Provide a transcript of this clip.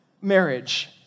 marriage